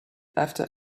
after